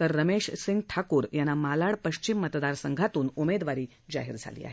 तर रमेशसिंग ठाकूर यांना मालाड पश्चिम मतदारसंघातून उमेदवारी जाहीर झाली आहे